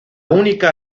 única